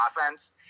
offense